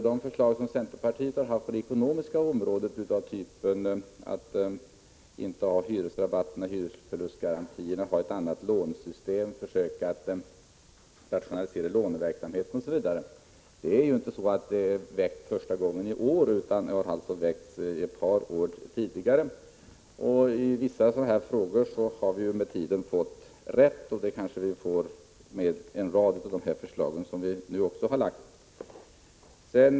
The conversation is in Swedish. De förslag som centerpartiet har lagt fram på det ekonomiska området — av typen att man bör avskaffa systemen med hyresrabatter och hyresförlustgarantier, införa ett nytt lånesystem, försöka rationalisera låneverksamheten, osv. — har inte väckts för första gången i år, utan ett par år tidigare. I vissa frågor har vi med tiden fått rätt. Det kanske vi också får när det gäller en rad av de förslag som vi nu har lagt fram.